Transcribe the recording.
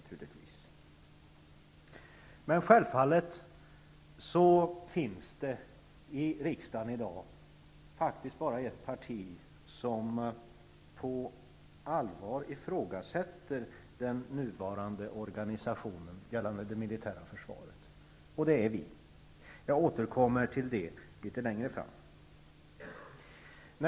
I riksdagen i dag finns det faktiskt endast ett parti som på allvar i frågasätter den nuvarande organisationen för det militära försvaret, nämligen Vänsterpartiet. Jag återkommer därtill litet längre fram.